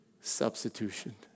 substitution